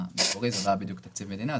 המקורי זה לא היה בדיוק תקציב מדינה,